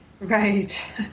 Right